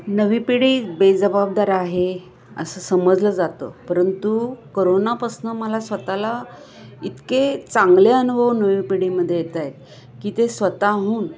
नवी पिढी बेजबाबदार आहे असं समजलं जातं परंतु कोरोना पासूनं मला स्वताला इतके चांगले अनुभव नवी पिढीमध्ये येताय की ते स्वतःहून